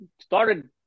Started